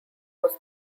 was